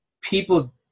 people